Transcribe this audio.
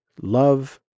love